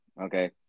okay